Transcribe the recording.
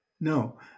No